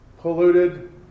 polluted